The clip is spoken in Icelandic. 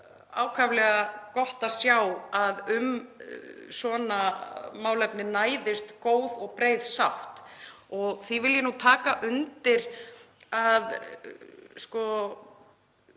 ákaflega gott að sjá að um svona málefni næðist góð og breið sátt. Því vil ég taka undir það